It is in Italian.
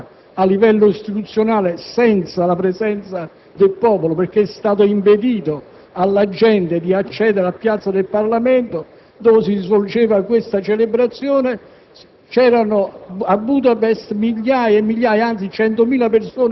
nelle stesse ore in cui lo si celebrava a livello istituzionale, senza la presenza del popolo (perché è stato impedito alla gente di accedere alla piazza del Parlamento dove si svolgeva la celebrazione),